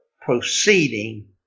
proceeding